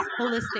holistic